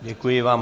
Děkuji vám.